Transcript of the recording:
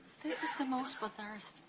this is the most bizarre